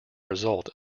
result